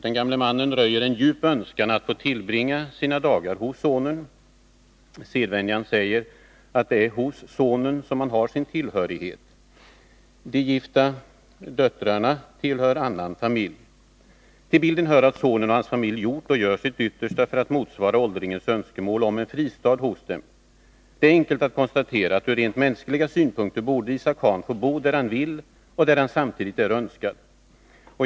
Den gamle mannen röjer en djup önskan att få tillbringa sina dagar hos sonen. Sedvänjan säger att det är hos sonen han har sin tillhörighet. De gifta döttrarna tillhör en annan familj. Till bilden hör att sonen och hans familj har gjort och gör sitt yttersta för att motsvara åldringens önskemål att få en fristad hos dem. Det är enkelt att konstatera att från rent mänskliga synpunkter borde Isa Can få bo där han vill och där han är önskad.